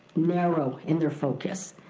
narrow in their focus.